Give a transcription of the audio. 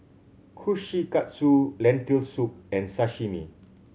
Kushikatsu Lentil Soup and Sashimi